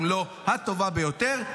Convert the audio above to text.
אם לא הטובה ביותר.